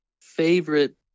favorite